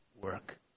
work